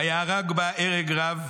ויהרוג בה הרג רב